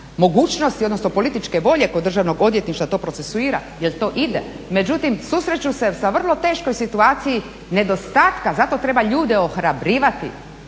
mogućnosti, odnosno političke volje kod državnog odvjetništva to procesuira, jel to ide. Međutim, susreću se sa vrlo teškoj situaciji nedostatka, zato treba ljude ohrabrivati,